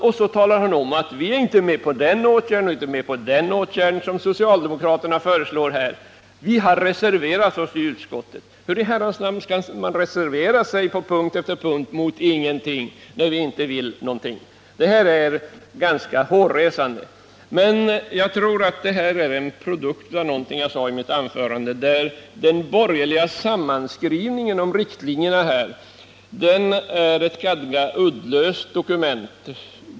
Men sedan säger han att centerpartiet inte är med på den och den åtgärden som socialdemokraterna föreslår utan har reserverat sig i utskottet. Men hur i herrans namn kan man reservera sig på punkt efter punkt mot ingenting? Detta är ganska hårresande. Jag tror att det här är en produkt av något som jag berört i mitt huvudanförande, nämligen att den borgerliga sammanskrivningen om riktlinjerna är ett ganska uddlöst dokument.